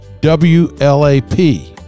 WLAP